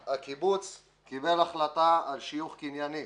הקיבוץ קיבל החלטה על שיוך קנייני